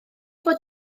bod